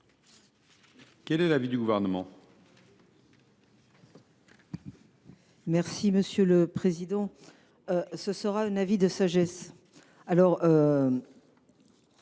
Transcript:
Quel est l’avis du Gouvernement ?